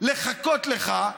לחכות לך,